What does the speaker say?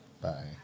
bye